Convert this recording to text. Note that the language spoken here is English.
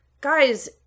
guys